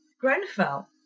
Grenfell